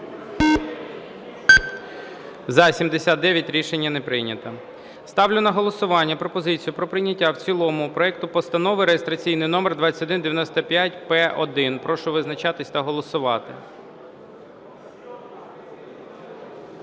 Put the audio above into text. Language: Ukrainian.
За-79 Рішення не прийнято. Ставлю на голосування пропозицію про прийняття в цілому проекту Постанови реєстраційний номер 2195-П1. Прошу визначатись та голосувати.